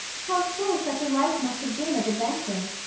how full such a life must have been of adventure!